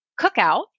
cookout